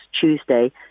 Tuesday